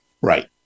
Right